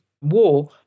war